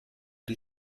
die